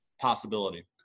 possibility